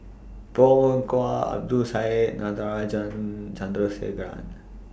Bong Hiong Hwa Abdul Syed and Natarajan Chandrasekaran